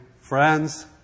friends